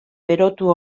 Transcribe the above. berotu